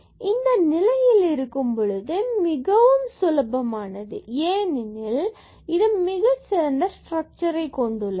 இது இந்த நிலையில் இருக்கும் பொழுது மிகவும் சுலபமானது ஏனெனில் மிகச்சிறந்த ஸ்டிரக்சரை இது கொண்டுள்ளது